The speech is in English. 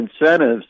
incentives